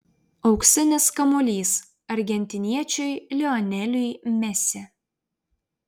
auksinis kamuolys argentiniečiui lioneliui messi